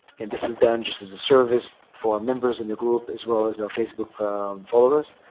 and this is done just as a service for members in the group as well as our facebook followers.